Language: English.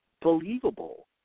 believable